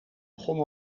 begon